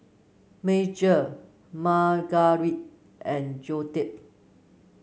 Major Margarite and Joetta